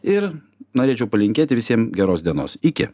ir norėčiau palinkėti visiem geros dienos iki